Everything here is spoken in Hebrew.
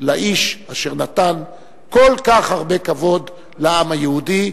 לאיש אשר נתן כל כך הרבה כבוד לעם היהודי,